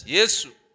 Jesus